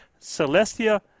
Celestia